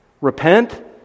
Repent